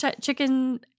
chicken